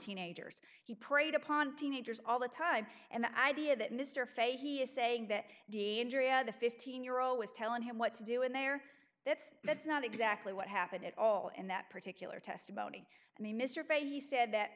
teenagers he preyed upon teenagers all the time and the idea that mr fay he is saying that the andrea the fifteen year old was telling him what to do in there that's that's not exactly what happened at all in that particular testimony i mean mr fay he said that